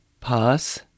Pass